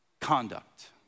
conduct